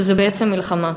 שזה בעצם מלחמה.